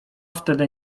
wtedy